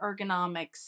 ergonomics